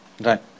Right